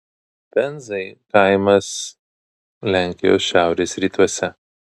penzai kaimas lenkijos šiaurės rytuose